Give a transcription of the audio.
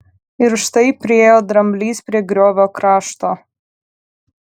ir štai priėjo dramblys prie griovio krašto